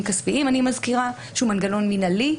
כספיים ואני מזכירה שהוא מנגנון מינהלי,